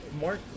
Mark